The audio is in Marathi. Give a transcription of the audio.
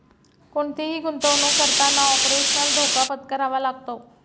कोणतीही गुंतवणुक करताना ऑपरेशनल धोका पत्करावा लागतो